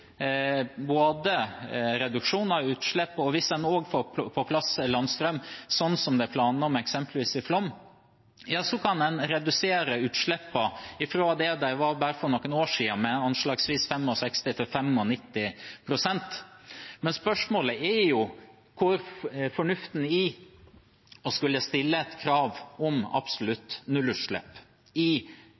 reduksjon av utslipp, og hvis en også får på plass landstrøm, som det er planer om eksempelvis i Flåm, kan en redusere utslippene fra det de var for bare noen år siden, med anslagsvis 65–95 pst. Spørsmålet er hvor fornuften er i å skulle stille et krav om absolutt nullutslipp i